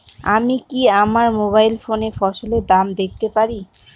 আমি কি আমার মোবাইল ফোনে ফসলের দাম দেখতে পারি?